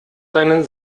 seinen